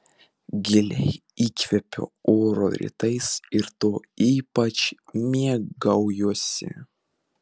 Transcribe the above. giliai įkvepiu oro rytais ir tuo ypač mėgaujuosi